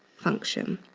function.